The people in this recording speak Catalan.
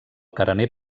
carener